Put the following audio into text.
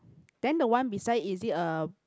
then the one beside is it a